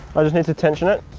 i just need to tension it.